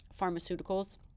pharmaceuticals